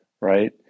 right